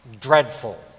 dreadful